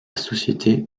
société